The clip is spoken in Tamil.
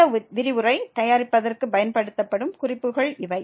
இந்த விரிவுரை தயாரிப்பதற்கு பயன்படுத்தப்படும் குறிப்புகள் இவை